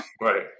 Right